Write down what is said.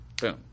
Boom